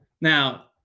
now